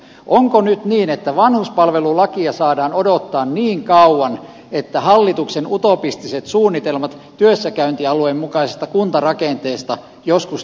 onko nyt niin että vanhuspalvelulakia saadaan odottaa niin kauan että hallituksen utopistiset suunnitelmat työssäkäyntialueen mukaisesta kuntarakenteesta joskus toteutuvat